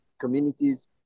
communities